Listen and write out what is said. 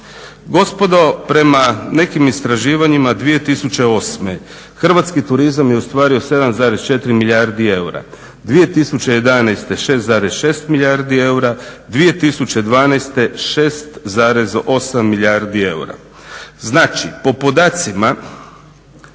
Gospodo, prema nekim istraživanjima 2008. hrvatski turizam je ostvario 7,4 milijarde eura, 2011. 6,6 milijardi eura, 2012. 6,8 milijardi eura. Znači po podacima